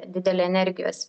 didelį energijos